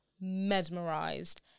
mesmerized